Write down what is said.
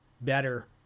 better